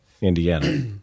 Indiana